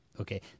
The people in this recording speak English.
Okay